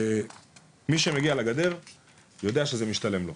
מי שמגיע לגדר יודע שזה משתלם לו.